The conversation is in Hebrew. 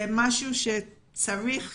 זה משהו שצריך